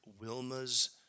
Wilma's